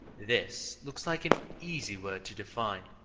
this looks like an easy word to define,